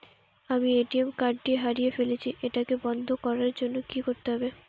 আমি ATM card টি হারিয়ে ফেলেছি এটাকে বন্ধ করার জন্য কি করতে হবে?